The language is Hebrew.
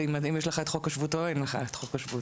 יש חוזר מנכ"ל שמדבר על האפוטרופסות,